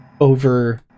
over